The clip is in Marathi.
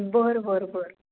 बरं बरं बरं